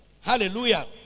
Hallelujah